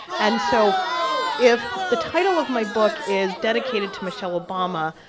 and so if the title of my book is dedicated to michelle obama,